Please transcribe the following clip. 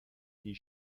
die